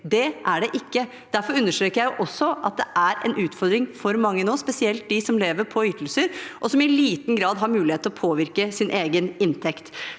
Det er det ikke. Derfor understreker jeg også at det er en utfordring for mange nå, og spesielt for dem som lever på ytelser, og som i liten grad har mulighet til å påvirke sin egen inntekt.